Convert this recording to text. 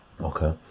okay